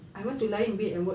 I want to lie in bed and watch T_V